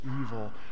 evil